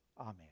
amen